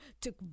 took